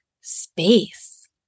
space